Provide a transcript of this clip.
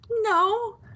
no